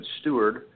steward